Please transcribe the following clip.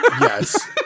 Yes